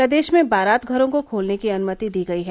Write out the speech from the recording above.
प्रदेश में बारातघरों को खोलने की अनुमति दी गई है